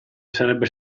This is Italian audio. sarebbe